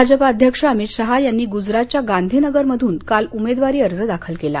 भाजपा अध्यक्ष अमित शाह यांनी गुजरातच्या गांधीनगरमधून काल उमेदवारी अर्ज दाखल केला